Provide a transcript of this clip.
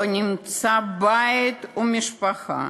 לא נמצאו בית ומשפחה